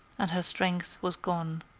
and her strength was gone.